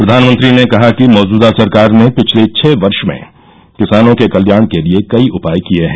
प्रधानमंत्री ने कहा कि मौजूदा सरकार ने पिछले छः वर्ष में किसानों के कल्याण के लिए कई उपाय किये हैं